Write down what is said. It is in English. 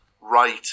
right